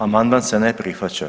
Amandman se ne prihvaća.